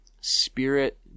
spirit